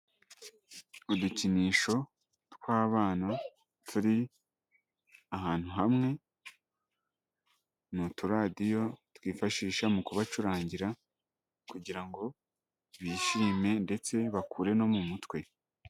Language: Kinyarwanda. Udukinisho tw'abana, turi ahantu hamwe, ni utudiyo twifashisha mu kubacurangira kugira ngo bishime ndetse bakure no mu mutwe.